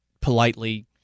politely